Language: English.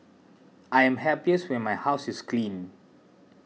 I am happiest when my house is clean